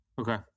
Okay